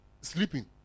sleeping